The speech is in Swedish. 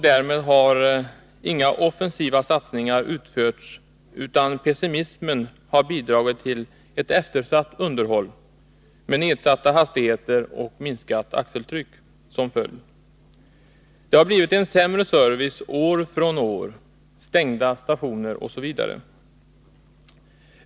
Därmed har inga offensiva satsningar utförts, utan pessimismen har bidragit till ett eftersatt underhåll, med nedsatta hastigheter och minskat axeltryck som följd. Det har blivit sämre service år från år, stängda stationer osv.